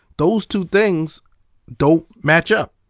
those two things don't match up.